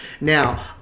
now